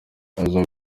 aza